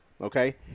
Okay